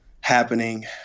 happening